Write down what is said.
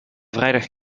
vrijdag